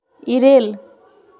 ᱤᱨᱟᱹᱞ